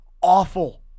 awful